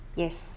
yes